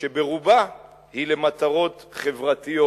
שברובה היא למטרות חברתיות,